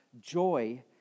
joy